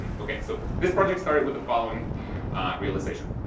okay. so this project started with the following realization.